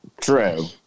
True